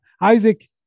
isaac